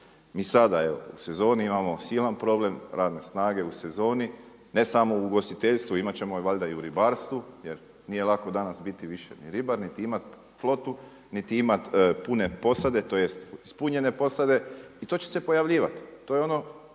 Mi sada u sezoni imamo silan problem radne snage u sezoni ne samo u ugostiteljstvu. Imat ćemo valjda i u ribarstvu, jer nije lako danas biti više ni ribar niti imat flotu niti imat pune posade, tj. ispunjene posade i to će se pojavljivat.